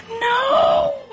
No